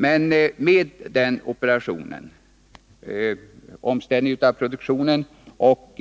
Men med den operationen — en omställning av produktionen och